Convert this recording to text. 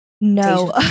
No